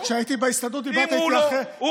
כשהייתי בהסתדרות דיברת איתי אחרת.